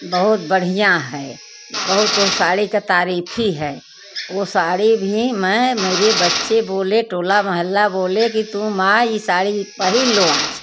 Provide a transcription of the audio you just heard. बहुत बढ़िया है बहुत ओ साड़ी के तारीफी है ओ साड़ी भी मैं मेरे बच्चे बोले टोला मोहल्ला बोले कि तू माँ ई साड़ी पहिल लो आज